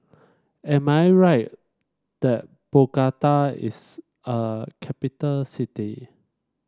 am I right that Bogota is a capital city